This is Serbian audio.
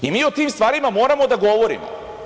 Mi o tim stvarima moramo da govorimo.